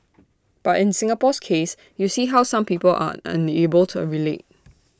but in Singapore's case you see how some people are unable to relate